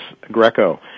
Greco